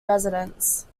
residents